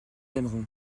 aimeront